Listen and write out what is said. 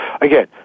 Again